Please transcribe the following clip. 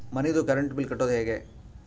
ಮನಿದು current bill ಕಟ್ಟೊದು ಹೇಗೆ?